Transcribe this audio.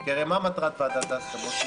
כי הרי מה מטרת ועדת ההסכמות?